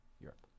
Europe